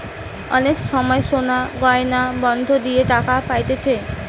অনেক সময় সোনার গয়না বন্ধক দিয়ে টাকা পাতিছে